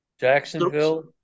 Jacksonville